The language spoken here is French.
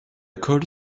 colle